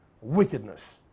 Wickedness